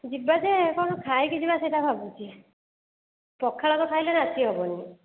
ଯିବା ଯେ କ'ଣ ଖାଇକି ଯିବା ସେଇଟା ଭାବୁଛି ପଖାଳ ତ ଖାଇଲେ ନାଚି ହେବନି